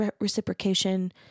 reciprocation